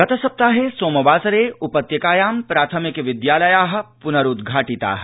गतसप्ताहे सोमवासरे उपत्यकायां प्राथमिक विद्यालयाः प्नरुद्धाटिताः